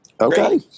okay